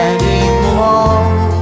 Anymore